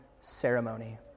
ceremony